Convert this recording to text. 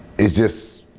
it's just,